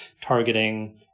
targeting